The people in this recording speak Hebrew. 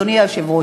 אדוני היושב-ראש,